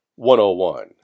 101